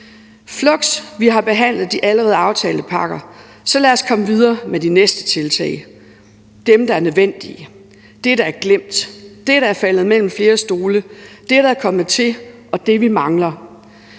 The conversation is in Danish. Fluks vi har behandlet de allerede aftalte pakker, så lad os komme videre med de næste tiltag, dem, der er nødvendige, det, der er blevet glemt, det, der er faldet mellem flere stole, det, der er kommet til, og det, som vi mangler.